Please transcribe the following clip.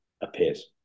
appears